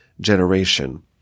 Generation